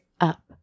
up